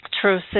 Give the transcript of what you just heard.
true